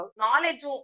knowledge